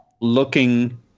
looking